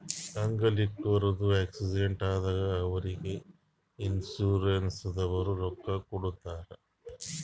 ಅಂಗ್ ವಿಕಲ್ರದು ಆಕ್ಸಿಡೆಂಟ್ ಆದಾಗ್ ಅವ್ರಿಗ್ ಇನ್ಸೂರೆನ್ಸದವ್ರೆ ರೊಕ್ಕಾ ಕೊಡ್ತಾರ್